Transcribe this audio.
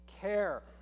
care